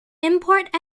import